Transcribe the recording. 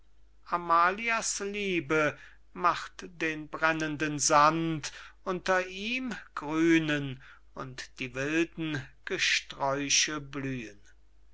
amalia's liebe macht den brennenden sand unter ihm grünen und die wilden gesträuche blühen